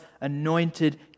anointed